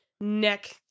neck